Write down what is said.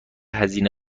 هزینه